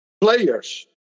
players